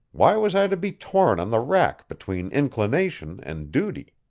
why was i to be torn on the rack between inclination and duty?